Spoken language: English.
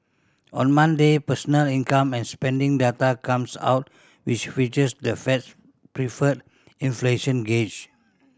on Monday personal income and spending data comes out which features the Fed's preferred inflation gauge